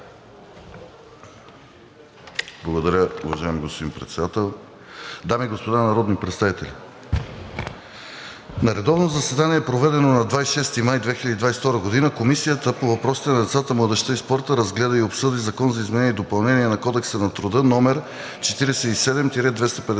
Благодаря, уважаеми господин Председател. Дами и господа народни представители! „На редовно заседание, проведено на 26 май 2022 г., Комисията по въпросите на децата, младежта и спорта разгледа и обсъди Закон за изменение и допълнение на Кодекса на труда № 47